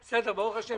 בסדר, ברוך השם.